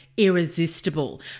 irresistible